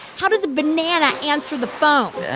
how does a banana answer the phone?